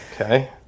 Okay